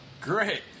Great